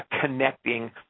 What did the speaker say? connecting